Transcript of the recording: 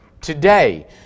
today